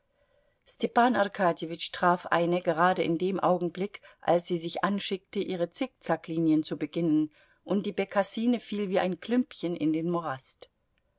arkadjewitsch traf eine gerade in dem augenblick als sie sich anschickte ihre zickzacklinien zu beginnen und die bekassine fiel wie ein klümpchen in den morast